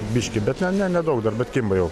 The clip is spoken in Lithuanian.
biškį bet ne nedaug dar bet kimba jau